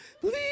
please